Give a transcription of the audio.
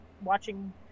watching